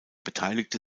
beteiligte